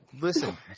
Listen